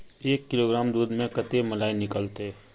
एक किलोग्राम दूध में कते मलाई निकलते?